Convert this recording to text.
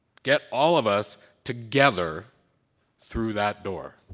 get all of us together through that door.